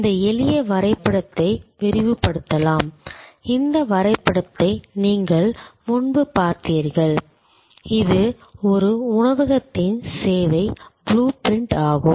இந்த எளிய வரைபடத்தை விரிவுபடுத்தலாம் இந்த வரைபடத்தை நீங்கள் முன்பு பார்த்தீர்கள் இது ஒரு உணவகத்தின் சேவை புளூ பிரிண்ட் ஆகும்